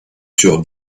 sur